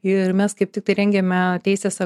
ir mes kaip tiktai rengiame teisės